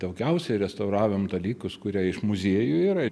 daugiausiai restauravom dalykus kurie iš muziejų yra